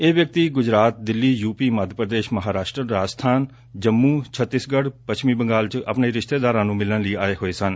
ਇਹ ਵਿਅਕਤੀ ਗੁਜਰਾਤ ਦਿੱਲੀ ਯੁਪੀ ਮੱਧ ਪ੍ਰਦੇਸ਼ ਮਹਾਂਰਾਸ਼ਟਰ ਰਾਜਸਬਾਨ ਜੰਮੁ ਛੱਤੀਸਗੜ੍ਰ ਪੱਛਮੀ ਬੰਗਾਲ ਚ ਆਪਣੇ ਰਿਸ਼ਤੇਦਾਰ ਨੂੰ ਮਿਲਣ ਲਈ ਆਏ ਹੋਏ ਸਨ